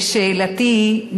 ושאלתי היא,